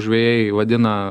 žvejai vadina